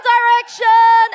Direction